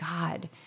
God